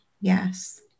Yes